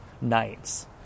nights